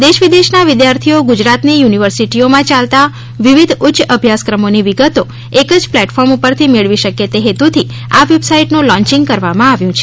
દેશ વિદેશના વિદ્યાર્થીઓ ગુજરાતની યુનિવર્સિટીઓમાં યાલતા વિવિધ ઉચ્ય અભ્યાસક્રમોની વિગતો એક જ પ્લેટફોર્મ પરથી મેળવી શકે તે હેતુથી આ વેબસાઇટનું લોન્ચીંગ કરવામાં આવ્યું છે